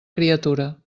criatura